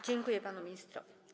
Dziękuję panu ministrowi.